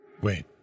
Wait